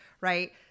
right